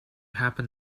happen